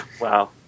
wow